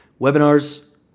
Webinars